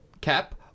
cap